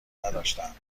نداشتهاند